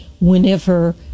whenever